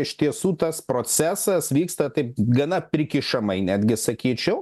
iš tiesų tas procesas vyksta taip gana prikišamai netgi sakyčiau